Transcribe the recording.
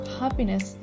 happiness